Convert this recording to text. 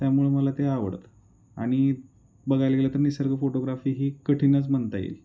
त्यामुळं मला ते आवडतं आणि बघायला गेलं तर निसर्ग फोटोग्राफी ही कठीणच म्हणता येईल